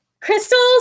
crystals